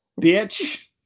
Bitch